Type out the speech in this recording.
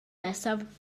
nesaf